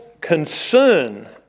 concern